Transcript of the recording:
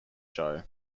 show